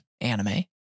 anime